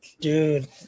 Dude